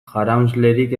jaraunslerik